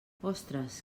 ostres